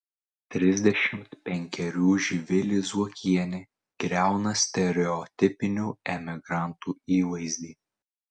trisdešimt penkerių živilė zuokienė griauna stereotipinių emigrantų įvaizdį